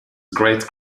great